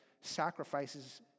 sacrifices